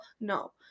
no